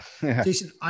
Jason